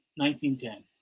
1910